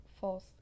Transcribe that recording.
false